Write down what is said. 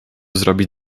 zrobić